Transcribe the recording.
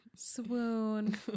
swoon